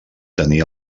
tenir